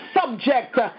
subject